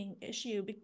issue